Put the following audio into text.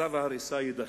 צו הריסה יידחה.